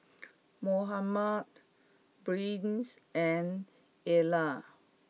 Mohammed Briens and Erna